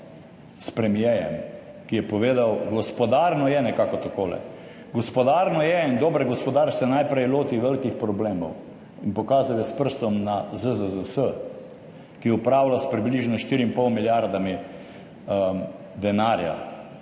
s premierjem, ki je povedal, gospodarno je, nekako takole: gospodarno je in dober gospodar se najprej loti velikih problemov in pokazal je s prstom na ZZZS, ki upravlja s približno 4 in pol milijardami denarja